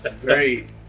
Great